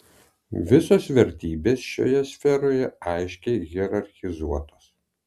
visos vertybės šioje sferoje aiškiai hierarchizuotos